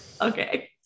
Okay